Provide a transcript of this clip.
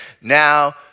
now